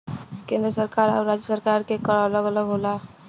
केंद्र सरकार आउर राज्य सरकार के कर अलग अलग होला